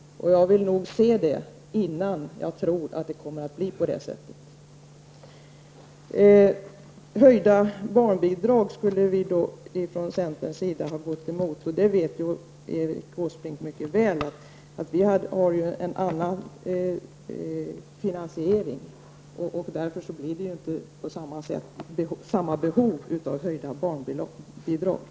Jag vill nog se det innan jag blir säker på det. Erik Åsbrink säger att vi i centern skulle ha gått emot en höjning av barnbidragen. Erik Åsbrink vet mycket väl att vi finansierar vårt förslag på ett annat sätt som innebär att det inte finns samma behov av en höjning av barnbidragen.